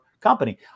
company